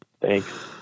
Thanks